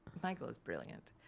michael, is brilliant,